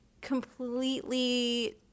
completely